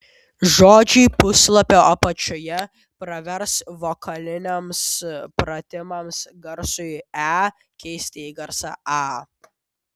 žodžiai puslapio apačioje pravers vokaliniams pratimams garsui e keisti į garsą a